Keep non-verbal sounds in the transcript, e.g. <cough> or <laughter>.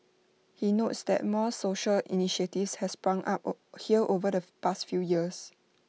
he notes that more social initiatives has sprung up <unintelligible> here over the past few years